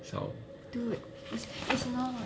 sound